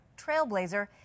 trailblazer